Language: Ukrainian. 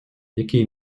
який